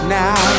now